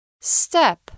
Step